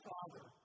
Father